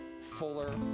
fuller